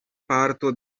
parto